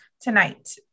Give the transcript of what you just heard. tonight